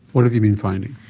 what have you been finding?